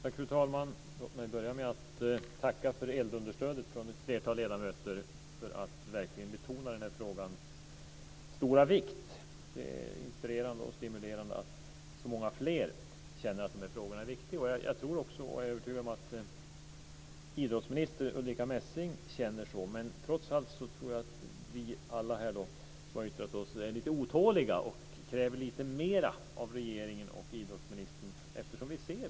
Fru talman! Låt mig börja med att tacka för eldunderstödet från ett flertal ledamöter för att verkligen betona den här frågans stora vikt. Det är inspirerande och stimulerande att så många fler känner att frågan är viktig. Jag är övertygad om att idrottsminister Ulrica Messing känner så. Men trots allt tror jag att vi som har yttrat oss här är lite otåliga och kräver lite mer av regeringen och idrottsministern.